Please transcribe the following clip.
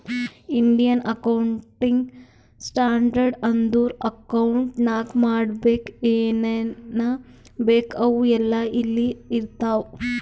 Indian accounting standard ಅಂದುರ್ accounts ನಾಗ್ ಮಾಡ್ಲಕ್ ಏನೇನ್ ಬೇಕು ಅವು ಎಲ್ಲಾ ಇಲ್ಲಿ ಇರ್ತಾವ